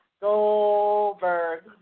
Goldberg